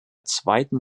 zweiten